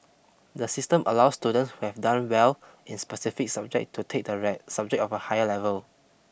the system allows students who have done well in specific subject to take the right subject at a higher level